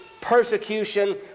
persecution